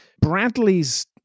Bradley's